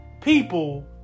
people